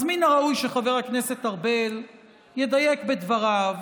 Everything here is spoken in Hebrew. מן הראוי שחבר הכנסת ארבל ידייק בדבריו,